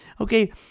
Okay